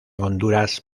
honduras